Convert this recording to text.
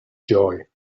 joy